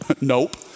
Nope